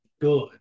good